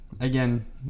Again